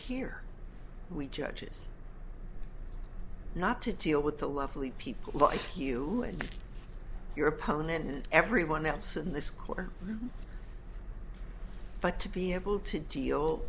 here we judges not to deal with the lovely people like you and your opponent everyone else in the square but to be able to deal